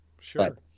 sure